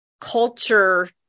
culture